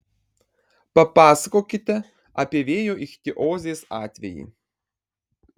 papasakokite apie vėjo ichtiozės atvejį